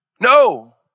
No